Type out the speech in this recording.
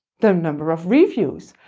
the number of reviews,